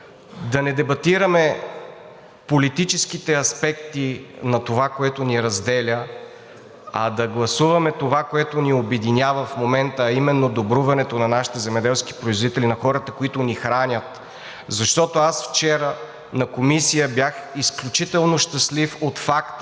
да не дебатираме политическите аспекти на това, което ни разделя, а да гласуваме това, което ни обединява в момента, а именно добруването на нашите земеделски производители – на хората, които ни хранят. Защото аз вчера на Комисията бях изключително щастлив от факта,